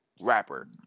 rapper